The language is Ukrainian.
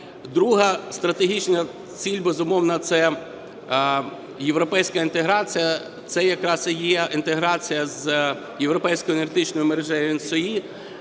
Друга стратегічна ціль, безумовно, - це європейська інтеграція, це якраз і є інтеграція з європейською енергетичною мережею